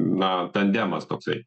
na tandemas toksai